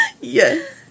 yes